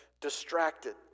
distracted